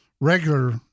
regular